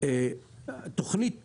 תוכנית ט',